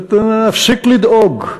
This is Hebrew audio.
ושנפסיק לדאוג.